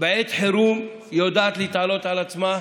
בעת חירום יודעת להתעלות על עצמה,